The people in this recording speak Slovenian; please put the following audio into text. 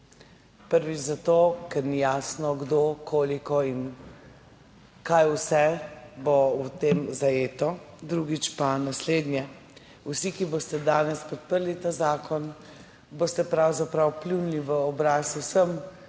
Prvič zato, ker ni jasno kdo, koliko in kaj vse bo v tem zajeto, drugič pa naslednje, vsi, ki boste danes podprli ta zakon boste pravzaprav pljunili v obraz vsem